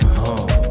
home